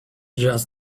just